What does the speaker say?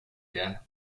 der